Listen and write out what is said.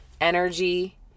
energy